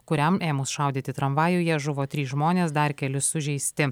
kuriam ėmus šaudyti tramvajuje žuvo trys žmonės dar keli sužeisti